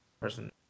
person